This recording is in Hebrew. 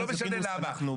לא משנה למה,